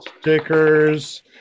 stickers